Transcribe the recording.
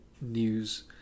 news